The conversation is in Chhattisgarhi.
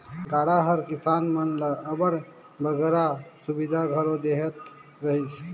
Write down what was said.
गाड़ा हर किसान मन ल अब्बड़ बगरा सुबिधा घलो देहत रहिस